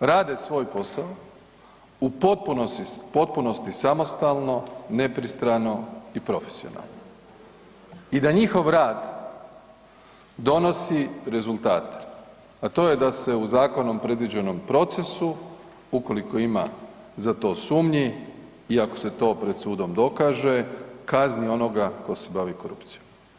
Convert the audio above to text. rade svoj posao u potpunosti, samostalno, nepristrano i profesionalno i da njihov rad donosi rezultate, a to je da se u zakonom predviđenom procesu ukoliko ima za to sumnji i ako se to pred sudom dokaže kazni onoga tko se bavi korupcijom.